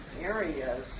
areas